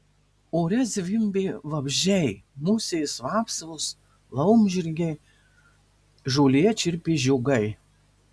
ore zvimbė vabzdžiai musės vapsvos laumžirgiai žolėje čirpė žiogai